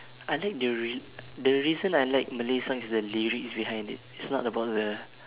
I think the rea~ the reason I like malay song is the lyrics behind it it's not about the